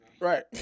Right